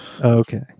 Okay